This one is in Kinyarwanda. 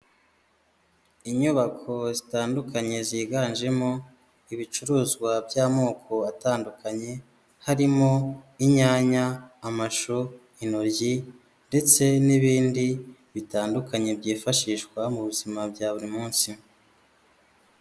Inyubako zitandukanye, ziganjemo ibicuruzwa by'amoko atandukanye, harimo inyanya, amashu, intoryi, ndetse n'ibindi bitandukanye, byifashishwa mu buzima, bya buri munsi.